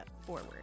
forward